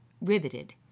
riveted